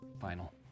Final